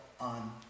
on